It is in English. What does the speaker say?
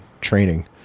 training